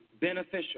beneficial